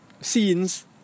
Scenes